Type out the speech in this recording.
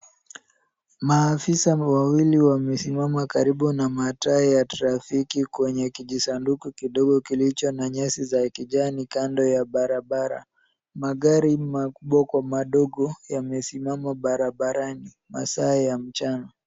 Maafisa wawili wamesimama karibu na mataa ya trafiki kwenye kijisanduku kidogo kilicho na nyasi za kijani kando ya barabara. Magari makubwa kwa madogo yamesimama barabarani masaa ya mchana.